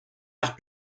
arts